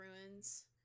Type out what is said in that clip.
ruins